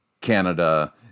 Canada